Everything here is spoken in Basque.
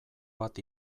bat